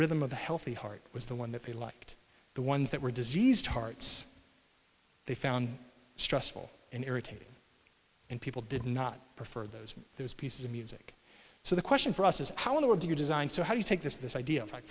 rhythm of the healthy heart was the one that they liked the ones that were diseased hearts they found stressful and irritating and people did not prefer those those pieces of music so the question for us is how do you design so how do you take this this idea of